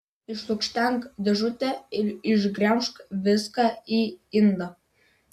išlukštenk dėžutę ir išgremžk viską į indą